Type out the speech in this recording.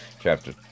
Chapter